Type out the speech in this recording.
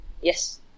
Yes